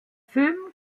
film